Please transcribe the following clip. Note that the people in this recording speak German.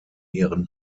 ihren